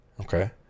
Okay